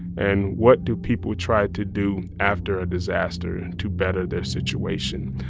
and what do people try to do after a disaster to better their situation?